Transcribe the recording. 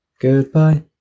Goodbye